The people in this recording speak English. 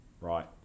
Right